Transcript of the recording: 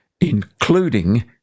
including